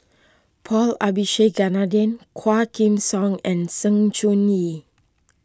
Paul Abisheganaden Quah Kim Song and Sng Choon Yee